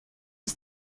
was